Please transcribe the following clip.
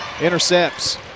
intercepts